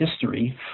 history